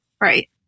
Right